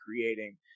creating